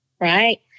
right